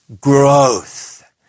Growth